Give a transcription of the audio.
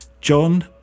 John